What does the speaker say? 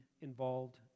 involved